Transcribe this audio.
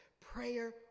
Prayer